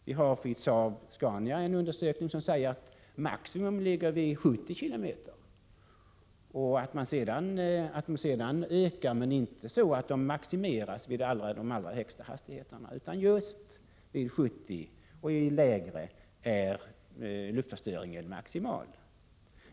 Vid Saab-Scania har gjorts en undersökning som visar att maximum ligger vid 70 km tim, och lägre hastigheter, är luftförstöringen maximal.